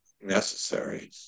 necessary